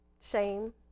shame